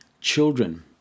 Children